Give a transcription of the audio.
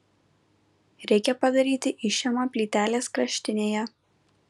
reikia padaryti išėmą plytelės kraštinėje